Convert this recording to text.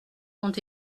ont